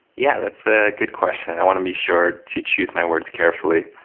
yeah, that's a good question. i want to be sure to choose my words carefully